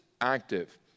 active